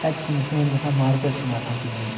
تَتہِ چھِ تٔمِس کٲم گژھان مارکٮ۪ٹ چھِنہٕ آسان کِہیٖنۍ